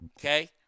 okay